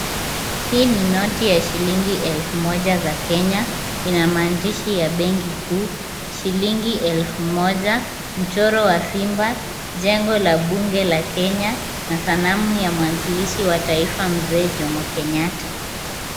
Hii ni noti ya shilingi elfu moja za Kenya ina maandishi ya benki kuu, shilingi elfu moja, mchoro wa simba, Jengo la bunge la Kenya, na sanamu ya mwanzilishi wa taifa, mzee Jomo Kenyatta.